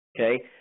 Okay